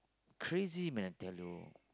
crazy man tell you